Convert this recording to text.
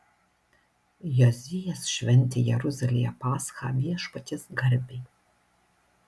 jozijas šventė jeruzalėje paschą viešpaties garbei